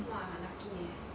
!wah! lucky eh